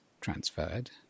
transferred